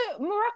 Morocco